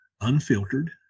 unfiltered